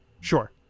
Sure